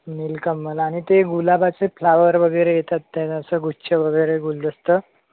नीलकमल आणि ते गुलाबाचे फ्लावर वगैरे येतात त्यांचा गुच्छ वगैरे गुलदस्त